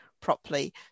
properly